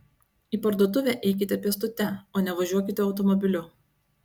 į parduotuvę eikite pėstute o ne važiuokite automobiliu